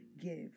give